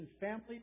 family